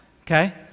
okay